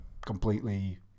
completely